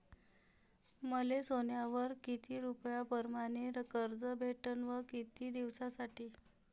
मले सोन्यावर किती रुपया परमाने कर्ज भेटन व किती दिसासाठी?